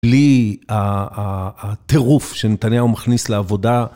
בלי הטירוף שנתניהו מכניס לעבודה.